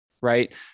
right